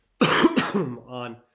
on